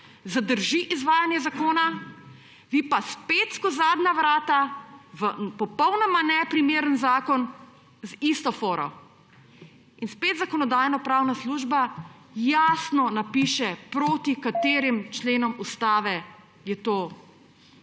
zadrži izvajanje zakona, vi pa spet skozi zadnja vrata v popolnoma neprimeren zakon z isto foro. In spet Zakonodajno-pravna služba jasno napiše, proti katerim členom Ustave je to in